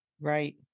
Right